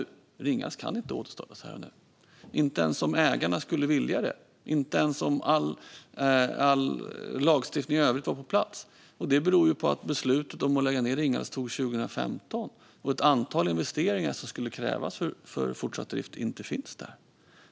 Men Ringhals kan inte återstartas här och nu, inte ens om ägarna skulle vilja det och om all lagstiftning i övrigt var på plats. Det beror på att beslutet om att lägga ned Ringhals togs 2015 och ett antal investeringar som skulle krävas för fortsatt drift inte gjorts.